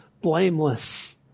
blameless